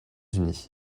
unis